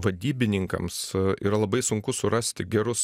vadybininkams yra labai sunku surasti gerus